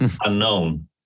unknown